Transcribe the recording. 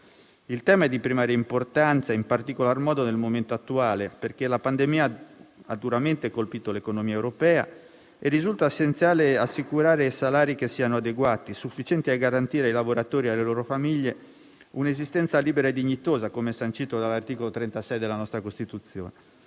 Il tema è di primaria importanza, in particolar modo nel momento attuale, perché la pandemia ha duramente colpito l'economia europea e risulta essenziale assicurare salari che siano adeguati, sufficienti a garantire ai lavoratori e alle loro famiglie un'esistenza libera e dignitosa, come sancito dall'articolo 36 della nostra Costituzione.